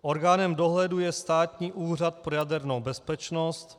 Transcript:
Orgánem dohledu je Státní úřad pro jadernou bezpečnost.